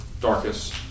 Darkest